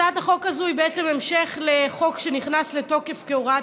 הצעת החוק הזאת היא בעצם המשך לחוק שנכנס לתוקף כהוראת